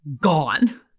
gone